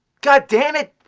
god dammit.